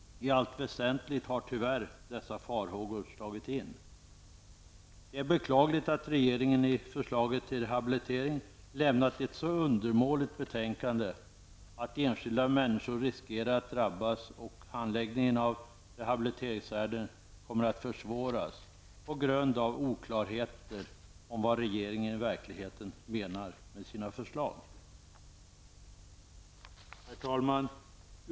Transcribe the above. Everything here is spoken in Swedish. I allt väsentligt har tyvärr dessa farhågor slagit in. Det är beklagligt att regeringen i förslaget till rehabilitering lämnat ett så undermåligt betänkande att enskilda människor riskerar att drabbas och handläggningen av rehabiliteringsärenden kommer att försvåras, på grund av oklarheter om vad regeringen i verkligheten menar med sina förslag. Herr talman!